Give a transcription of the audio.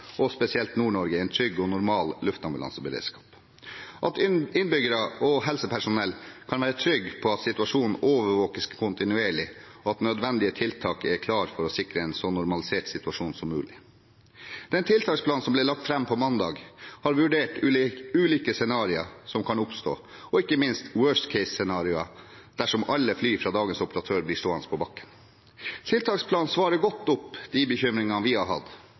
og spesielt i Nord-Norge, en trygg og normal ambulanseberedskap, at innbyggere og helsepersonell kan være trygge på at situasjonen overvåkes kontinuerlig, og at nødvendige tiltak er klare for å sikre en så normalisert situasjon som mulig. Den tiltaksplanen som ble lagt fram på mandag, har vurdert ulike scenarioer som kan oppstå, og ikke minst «worst case»-scenarioer dersom alle fly fra dagens operatør blir stående på bakken. Tiltaksplanen svarer godt på de bekymringer vi har hatt,